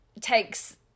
takes